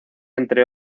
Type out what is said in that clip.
entre